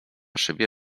szybie